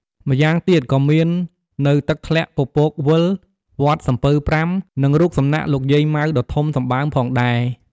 ម្យ៉ាងទៀត ក៏មាននៅទឹកធ្លាក់ពពកវិល វត្តសំពៅប្រាំ និងរូបសំណាកលោកយាយម៉ៅដ៏ធំសម្បើមផងដែរ។